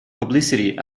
publicity